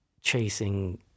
chasing